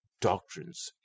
doctrines